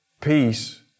peace